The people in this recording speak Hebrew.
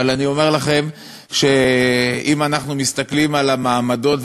אבל אני אומר לכם שאם אנחנו מסתכלים על המעמדות,